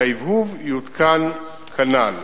כי ההבהוב יותקן כנ"ל